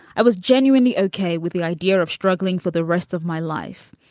i was genuinely okay with the idea of struggling for the rest of my life.